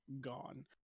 gone